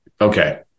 okay